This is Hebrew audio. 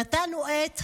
נטענו עץ,